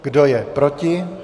Kdo je proti?